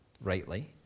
rightly